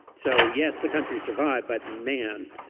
so, yes, the country survived. but, man,